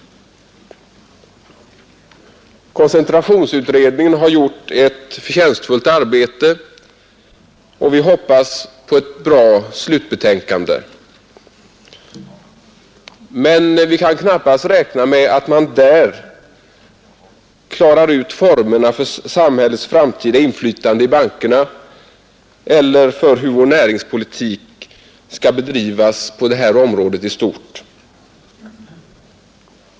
Koncentrationsutredningen har gjort ett förtjänstfullt arbete, och vi hoppas på ett bra slutbetänkande. Men vi kan knappast räkna med att man där klarar ut formerna för samhällets framtida inflytande i bankerna eller hur vår näringspolitik skall bedrivas på det här området i stort.